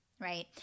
right